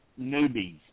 newbies